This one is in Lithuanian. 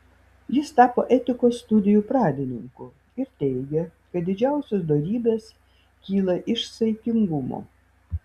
jis tapo etikos studijų pradininku ir teigė kad didžiausios dorybės kyla iš saikingumo